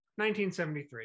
1973